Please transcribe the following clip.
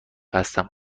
هستم